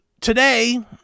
today